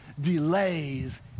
delays